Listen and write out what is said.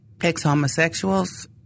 ex-homosexuals